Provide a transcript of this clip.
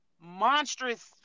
monstrous